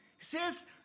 says